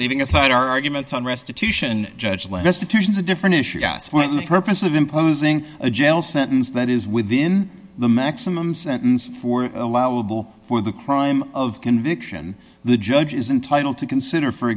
leaving aside arguments on restitution judge lester turns a different issue purpose of imposing a jail sentence that is within the maximum sentence for allowable for the crime of conviction the judge is entitle to consider for